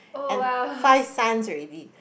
and five son already